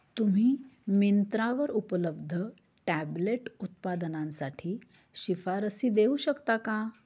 तुम्ही मिंत्रावर उपलब्ध टॅबलेट उत्पादनांसाठी शिफारसी देऊ शकता का